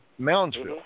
Moundsville